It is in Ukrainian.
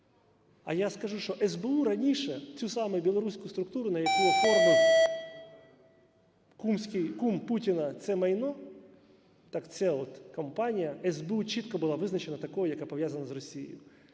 А я скажу, що СБУ раніше цю саму білоруську структуру, на яку оформив кум Путіна це майно, так ця от компанія СБУ була чітко визначена такою, яка пов'язана з Росією.